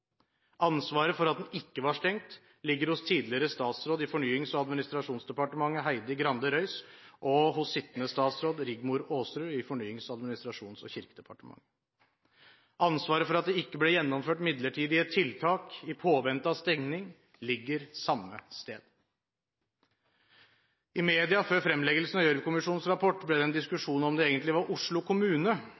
Ansvaret for at den ikke var stengt ligger hos tidligere statsråd i Fornyings- og administrasjonsdepartementet Heidi Grande Røys, og hos sittende statsråd Rigmor Aasrud i Fornyings-, administrasjons- og kirkedepartementet. Ansvaret for at det ikke ble gjennomført midlertidige tiltak i påvente av stenging ligger samme sted. I media ble det før fremleggelsen av Gjørv-kommisjonens rapport en diskusjon om det egentlig var Oslo kommune